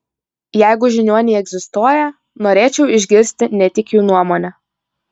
jeigu žiniuoniai egzistuoja norėčiau išgirsti ne tik jų nuomonę